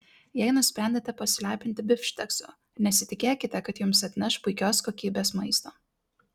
jei nusprendėte pasilepinti bifšteksu nesitikėkite kad jums atneš puikios kokybės maistą